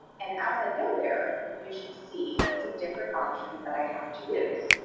and as i go there, you should see some different options that i have to use.